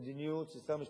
זו מדיניות של שר המשפטים.